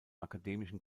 akademischen